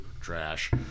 trash